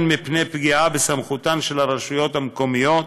מפני פגיעה בסמכותן של הרשויות המקומיות,